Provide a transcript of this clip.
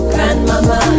Grandmama